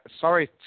sorry